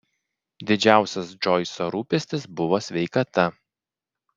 didžiausias džoiso rūpestis buvo sveikata